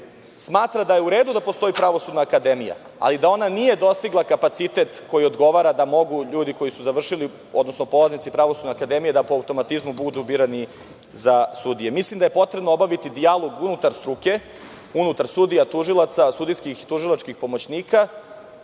smatra da je u redu da postoji Pravosudna akademija, ali da ona nije dostigla kapacitet koji odgovara da mogu ljudi koji su završili, odnosno polaznici Pravosudne akademije po automatizmu budu birani za sudije. Mislim da je potrebno obaviti dijalog unutar struke, unutar sudija, tužilaca, sudijskih i tužilačkih pomoćnika,